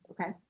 Okay